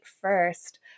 first